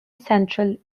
central